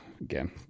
Again